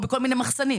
או בכל מיני מחסנים.